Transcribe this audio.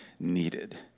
needed